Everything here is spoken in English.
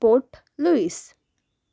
port luis